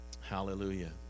Hallelujah